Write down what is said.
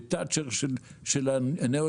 בתאצ'ר של הנאו-ליברליזם,